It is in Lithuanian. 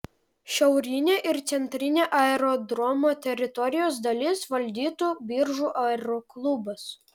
šiaurinę ir centrinę aerodromo teritorijos dalis valdytų biržų aeroklubas